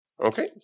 Okay